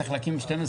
צריך להקים 12 ישובים.